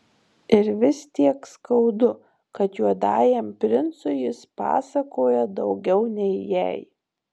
ir vis tiek skaudu kad juodajam princui jis pasakoja daugiau nei jai